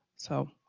so.